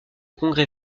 congrès